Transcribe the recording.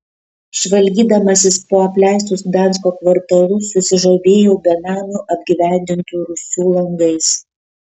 žvalgydamasis po apleistus gdansko kvartalus susižavėjau benamių apgyvendintų rūsių langais